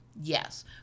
yes